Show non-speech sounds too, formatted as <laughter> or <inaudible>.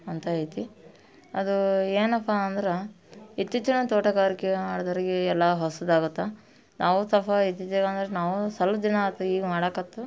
ಅಂತ ಐತಿ ಅದು ಏನಪ್ಪ ಅಂದ್ರೆ ಇತ್ತೀಚಿನ ತೋಟಗಾರಿಕೆ ಮಾಡಿದೋರಿಗೆ ಎಲ್ಲ ಹೊಸ್ದು ಆಗುತ್ತೆ ನಾವು <unintelligible> ಇದ್ದಿದ್ದೇವೆ ಅಂದ್ರೆ ನಾವು ಸಲ್ಪ ದಿನ ಆಯ್ತು ಈಗ ಮಾಡಕತ್ತು